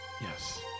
Yes